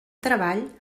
treball